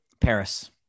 Paris